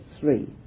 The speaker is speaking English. three